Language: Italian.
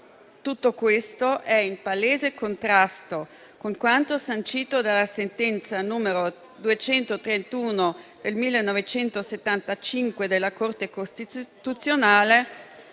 Tutto questo è in palese contrasto con quanto sancito dalla sentenza n. 231 del 1975 della Corte costituzionale,